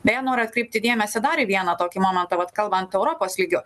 beje noriu kreipti dėmesį dar į vieną tokį momentą vat kalbant europos lygiu